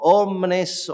omnes